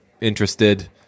interested